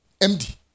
MD